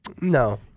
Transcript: No